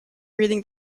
reading